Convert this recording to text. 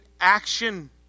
action